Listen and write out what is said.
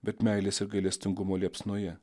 bet meilės ir gailestingumo liepsnoje